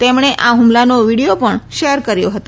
તેમણે આ હુમલાનો વીડીયો પણ શેર કર્યો હતો